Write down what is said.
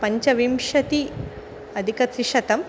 पञ्चविंशत्यधिकत्रिशतम्